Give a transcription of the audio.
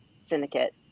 Syndicate